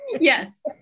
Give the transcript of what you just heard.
Yes